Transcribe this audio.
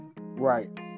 Right